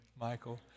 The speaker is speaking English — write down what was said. Michael